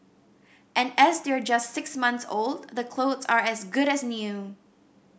and as they're just six months old the clothes are as good as new